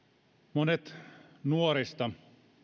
monet nuorista